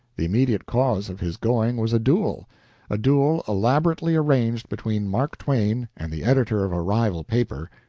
the immediate cause of his going was a duel a duel elaborately arranged between mark twain and the editor of a rival paper,